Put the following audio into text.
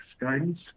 guidance